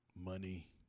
money